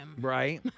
Right